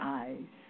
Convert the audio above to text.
eyes